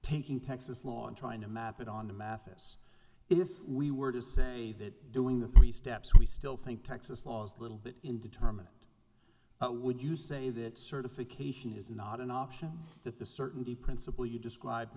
taking texas law and trying to map it on to mathis if we were to say that doing the three steps we still think texas law is little bit indeterminate would you say that certification is not an option that the certainty principle you describe